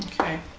Okay